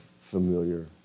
familiar